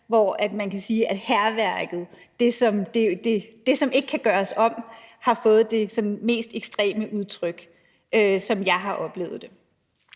hvor man kan sige, at hærværket, det, som ikke kan gøres om, har fået det sådan mest ekstreme udtryk, som jeg har oplevet det.